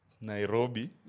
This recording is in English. Nairobi